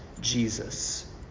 Jesus